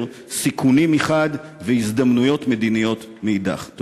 סיכונים מחד גיסא והזדמנויות מדיניות מאידך גיסא.